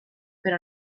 però